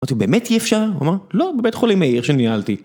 אמרתי באמת אי אפשר? הוא אמר לא, בבית חולים מאיר שניהלתי